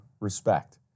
respect